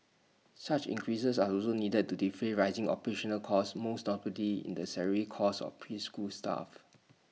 such increases are also needed to defray rising operational costs most notably in the salary costs of preschool staff